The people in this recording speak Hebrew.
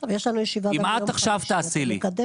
אם את עכשיו תעשי לי --- לא,